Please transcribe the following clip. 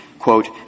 quote